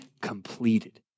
completed